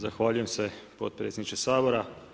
Zahvaljujem se, potpredsjedniče Sabora.